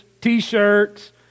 t-shirts